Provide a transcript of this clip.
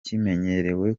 kimenyerewe